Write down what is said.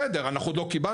בסדר, אנחנו עוד לא קיבלנו.